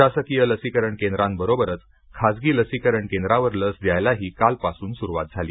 शासकीय लसीकरण केंद्रांबरोबरच खाजगी लसीकरण केंद्रावर लस द्यायलाही कालपासून सुरुवात झाली